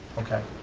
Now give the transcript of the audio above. okay.